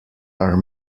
are